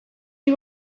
you